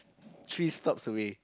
three stops away